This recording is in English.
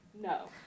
No